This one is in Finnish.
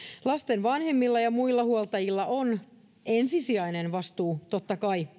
lasten vanhemmilla ja muilla huoltajilla on ensisijainen vastuu totta kai